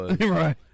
Right